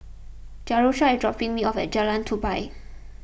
Jerusha is dropping me off at Jalan Tupai